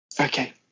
Okay